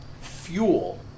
fuel